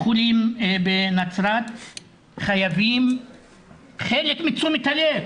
החולים בנצרת חייבים חלק מתשומת הלב.